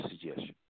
suggestion